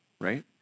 right